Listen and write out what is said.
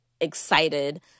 excited